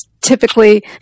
typically